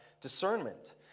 discernment